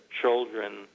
children